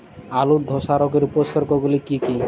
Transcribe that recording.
আলুর ধসা রোগের উপসর্গগুলি কি কি?